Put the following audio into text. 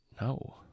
no